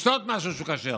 לשתות משהו כשר.